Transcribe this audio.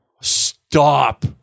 stop